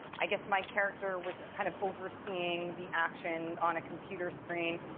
i guess my character was kind of overseeing the action on a computer screen.